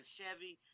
Chevy